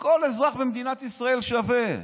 כל אזרח במדינת ישראל שווה.